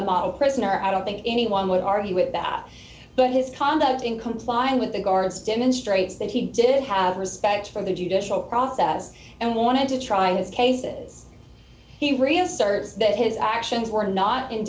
a model prisoner i don't think anyone would argue with that but his conduct in complying with the guards demonstrates that he did have respect for the judicial process and wanted to try his cases he reasserts that his actions were not in